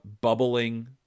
bubbling